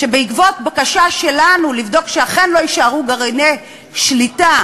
שבעקבות בקשה שלנו לבדוק שאכן לא יישארו גרעיני שליטה,